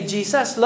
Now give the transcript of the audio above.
Jesus